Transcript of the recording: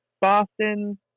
Boston